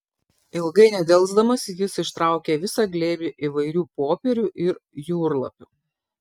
ilgai nedelsdamas jis ištraukė visą glėbį įvairių popierių ir jūrlapių